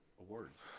awards